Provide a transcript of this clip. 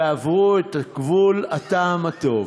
ועברו את גבול הטעם הטוב.